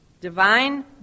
Divine